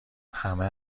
همه